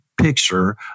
picture